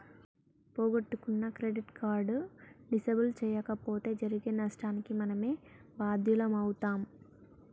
పోగొట్టుకున్న credit card disable చేయించకపోతే జరిగే నష్టానికి మనమే బాధ్యులమవుతం